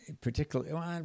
Particularly